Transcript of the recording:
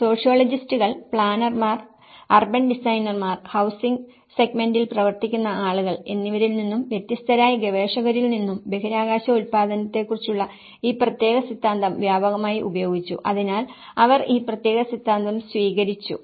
സോഷ്യോളജിസ്റ്റുകൾ പ്ലാനർമാർ അർബൻ ഡിസൈനർമാർ ഹൌസിംഗ് സെഗ്മെന്റിൽ പ്രവർത്തിക്കുന്ന ആളുകൾ എന്നിവരിൽ നിന്നും വ്യത്യസ്തരായ ഗവേഷകരിൽ നിന്നും ബഹിരാകാശ ഉൽപാദനത്തെക്കുറിച്ചുള്ള ഈ പ്രത്യേക സിദ്ധാന്തം വ്യാപകമായി ഉപയോഗിച്ചു അതിനാൽ അവർ ഈ പ്രത്യേക സിദ്ധാന്തം സ്വീകരിച്ചു